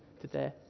today